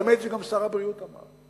והאמת שגם שר הבריאות אמר: